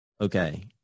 okay